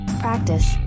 practice